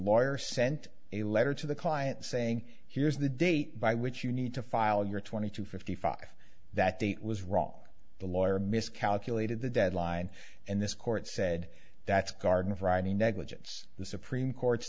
lawyer sent a letter to the client saying here's the date by which you need to file your twenty two fifty five that date was wrong the lawyer miscalculated the deadline and this court said that's garden variety negligence the supreme court's